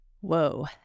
Whoa